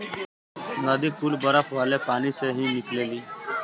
नदी कुल बरफ वाले पानी से ही निकलेली